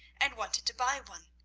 and wanted to buy one.